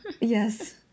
yes